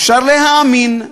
אפשר להאמין,